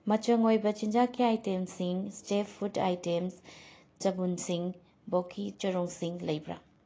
ꯃꯆꯪ ꯑꯣꯏꯕ ꯆꯤꯟꯖꯥꯛꯀꯤ ꯑꯥꯏꯇꯦꯝꯁꯤꯡ ꯁ꯭ꯇꯦꯞ ꯐꯨꯠ ꯑꯥꯏꯇꯦꯝꯁ ꯆꯕꯨꯟꯁꯤꯡ ꯕꯣꯀꯤ ꯆꯔꯣꯡꯁꯤꯡ ꯂꯩꯕ꯭ꯔꯥ